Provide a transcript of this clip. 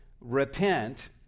Repent